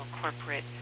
corporate